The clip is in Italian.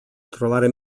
trovare